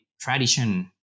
tradition